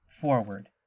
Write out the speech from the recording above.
forward